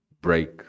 break